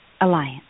alliance